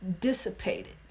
dissipated